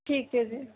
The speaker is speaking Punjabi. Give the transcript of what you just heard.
ਠੀਕ ਹੈ ਜੀ